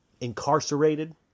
incarcerated